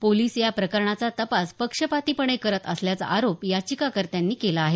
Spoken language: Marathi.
पोलिस या प्रकरणाचा तपास पक्षपातीपणे करत असल्याचा आरोप याचिकाकर्त्यांनी केला आहे